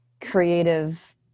creative